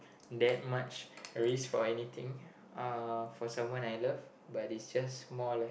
that much risk for anything uh for someone I love but it's just more like